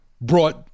brought